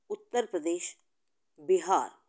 Uttar Pradesh Bihar